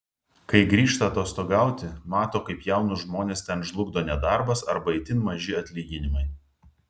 kai grįžta atostogauti mato kaip jaunus žmones ten žlugdo nedarbas arba itin maži atlyginimai